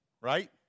right